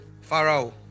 pharaoh